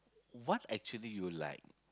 what actually you like